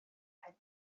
had